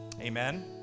Amen